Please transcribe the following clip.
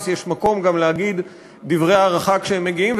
יש מקום גם להגיד דברי הערכה כשהם מגיעים,